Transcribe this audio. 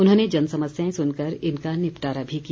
उन्होंने जन समस्याएं सुनकर इनका निपटारा भी किया